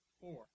Four